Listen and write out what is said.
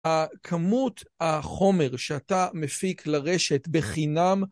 הכמות החומר שאתה מפיק לרשת בחינם